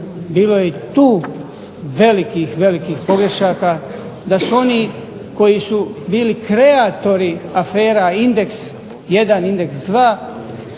bilo je i tu velikih, velikih pogrešaka, da su oni koji su bili kreatori afera Indeks 1, Indeks 2,